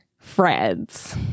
Fred's